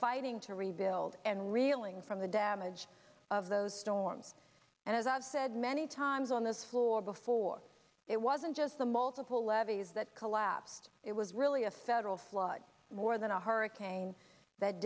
fighting to rebuild and reeling from the damage of those storms and as i've said many times on this floor before it wasn't just the multiple levees that collapsed it was really a federal flood more than a hurricane that